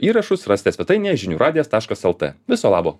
įrašus rasite svetainėje žinių radijas taškas el tė viso labo